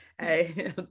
Hey